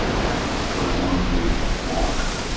and for as long as we walk